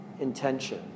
intention